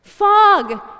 fog